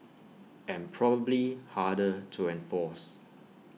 and probably harder to enforce